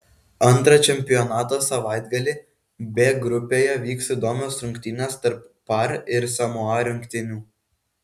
antrą čempionato savaitgalį b grupėje vyks įdomios rungtynės tarp par ir samoa rinktinių